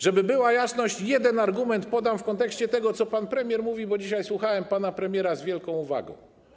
Żeby była jasność, podam jeden argument w kontekście tego, co pan premier mówił, bo dzisiaj słuchałem pana premiera z wielką uwagą.